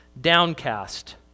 downcast